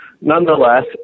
nonetheless